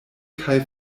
kaj